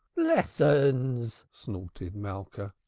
lessons! snorted malka.